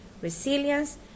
Resilience